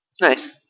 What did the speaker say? Nice